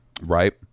Right